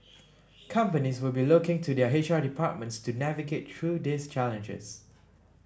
companies will be looking to their H R departments to navigate through these challenges